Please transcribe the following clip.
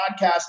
podcast